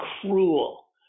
cruel